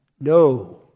No